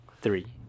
three